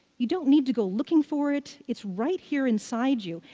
you don't need to go looking for it. it's right here inside you.